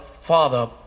father